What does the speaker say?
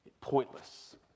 pointless